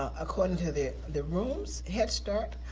according to the the rooms, head start,